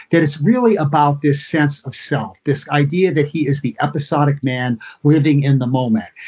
that it's really about this sense of self. this idea that he is the episodic man living in the moment.